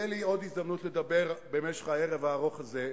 תהיה לי עוד הזדמנות לדבר במשך הערב הארוך הזה.